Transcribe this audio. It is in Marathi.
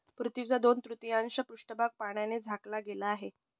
पृथ्वीचा दोन तृतीयांश पृष्ठभाग पाण्याने झाकला गेला आहे